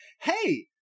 hey